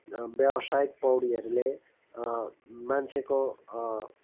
व्यावसायिक पौडीहरूले मान्छेको